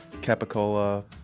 capicola